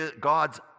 God's